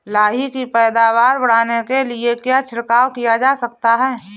लाही की पैदावार बढ़ाने के लिए क्या छिड़काव किया जा सकता है?